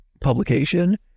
publication